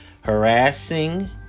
harassing